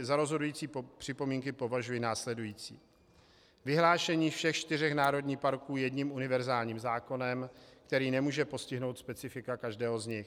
Za rozhodující připomínky považuji následující: Vyhlášení všech čtyř národních parků jedním univerzálním zákonem, který nemůže postihnout specifika každého z nich.